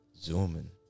zooming